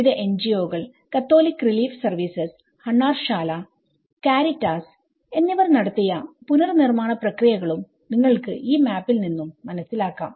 വിവിധ NGO കൾ Catholic Relief Services Hunnarshala Caritas എന്നിവർ നടത്തിയ പുനർനിർമ്മാണ പ്രക്രിയകളും നിങ്ങൾക്ക് ഈ മാപ്പിൽ നിന്നും മനസിലാക്കാം